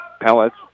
Pellets